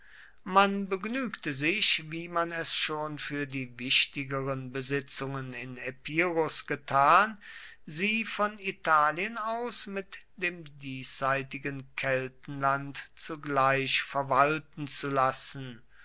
man begnügte sich wie man es schon für die wichtigeren besitzungen in epirus getan sie von italien aus mit dem diesseitigen keltenland zugleich verwalten zu lassen